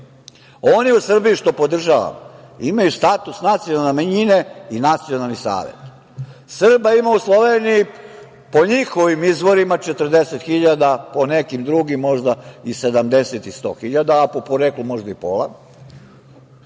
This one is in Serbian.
Oni u Srbiji što podržava, imaju status nacionalne manjine i nacionalni savet. Srba ima u Sloveniji, po njihovim izvorima 40.000, a po nekim drugim možda 70.000 ili 100.000, a po poreklu možda i pola,